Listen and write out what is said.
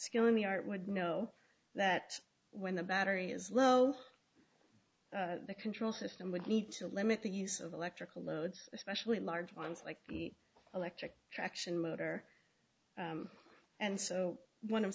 skill in the art would know that when the battery is well the control system would need to limit the use of electrical loads especially large ones like the electric traction motor and so one of